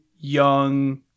young